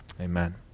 Amen